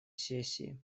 сессии